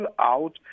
out